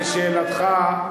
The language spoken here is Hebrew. לשאלתך,